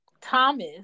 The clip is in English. Thomas